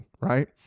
Right